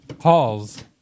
Halls